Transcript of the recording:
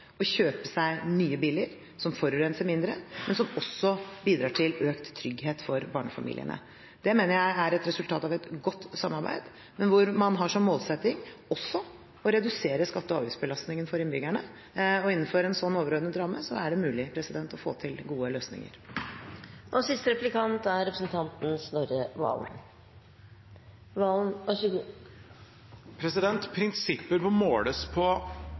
å kjøpe seg nye biler, som forurenser mindre, men som også bidrar til økt trygghet for barnefamiliene. Det mener jeg er et resultat av et godt samarbeid der man har som målsetting også å redusere skatte- og avgiftsbelastningen for innbyggerne. Ved å innføre en slik overordnet ramme er det mulig å få til gode løsninger. Prinsipper må måles på hvilke praktiske konsekvenser de faktisk får. Man kan ha de beste prinsipper